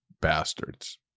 bastards